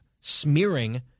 smearing